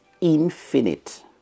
infinite